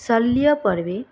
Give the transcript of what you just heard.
शल्यपर्वे